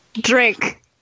Drink